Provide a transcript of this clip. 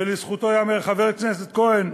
ולזכותו ייאמר: חבר הכנסת כהן,